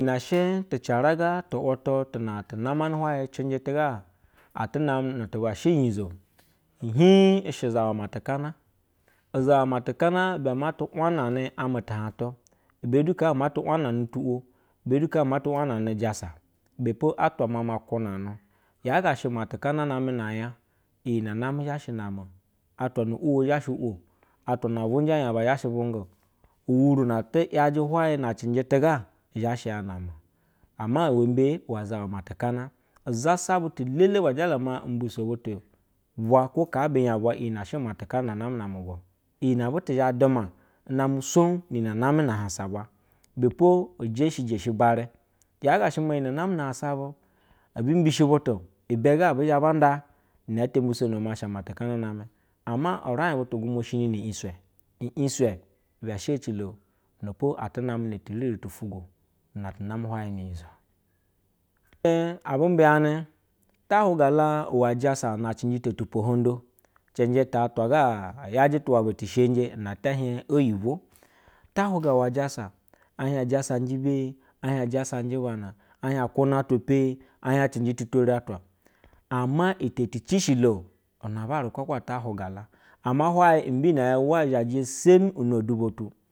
Iyi ne she te cavaga tu watu tu na tu namana hwuyɛ cɛnjɛ tu ba atu namɛ nu tu ba shɛ unyizo. Ihii i shɛ zawa matekana. Uzawa matekana ibe ma tu wanane tu wo. I be du kaa ma ty wananɛ tu’wo. Ibe du kaa ma tu wanane ujasa. Ibe po atwa mama kwunanu. Yaa ga she matekana name nanya, iyi ne name zha shɛ mama o. Atwa na uwo zaha shɛ wo’o atwa na vwuje anta aba zha shɛ vwujga o. Uwuru na are yoje hwayɛ na cɛnjɛ tɛ ga zha shɛ ya nama o. Ama wɛmbe iwɛ zawa matɛkana. I zasa butu elele bajala maa mbiso butu bwa kwo kaa binyo bwo iyi nɛ shɛ matɛkana namɛ na-amɛ ubwo o. Iyi ne butu thɛ duma namɛ sowg mi-yi ne namɛ na ahansa ubwa. Ibe po ijeshi jeshi barɛ. Yaa ga shɛ maa iyi nɛ namɛna ahansa bu ebi mbishi butu, ibbe ga ɛbi zhɛ ba nda ine ɛtɛ mbisono maa matɛkana namɛ. Ama uraij butugwumwa shini-i’igswɛ. I ijswe ibe she ecilo na po atɛ name netiriri tu-ufwangwo tu na tu name hwaye nu unyizo. Yaa she abu mbeyanɛ, ta hwuga la iwɛ iyasa na cenjɛ ta atwa ga yajɛ tu waba ti shenje na etɛ hiɛg oyibwo. Ta hwuga iwɛ iyasa e shiej ujasa nje beye, ujasa njɛ bana e hiej oyibwo. Ta hwuga iwɛ iyasa e hiej ujasa njɛ beye ujasa njɛ bana ɛ hiej a kwunɛ atwa peye, e hiɛj cɛnjɛ ti tweri atwa ama iteti cishi la’o, unabare kwakwa ata hwuga la. Ama hwaye imbinɛ ne ya i zhejɛ ya semi unu odubo tu.